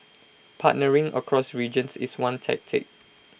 partnering across regions is one tactic